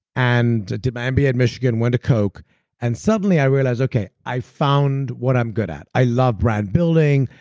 and did my mba at michigan, went to coke and suddenly i realize, okay, i found what i'm good at. i love brand building,